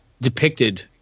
depicted